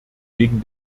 wegen